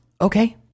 Okay